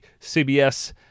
CBS